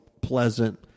Pleasant